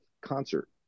concert